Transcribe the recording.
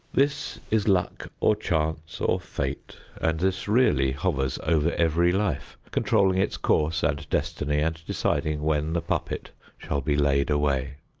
this is luck or chance or fate, and this really hovers over every life, controlling its course and destiny and deciding when the puppet shall be laid away!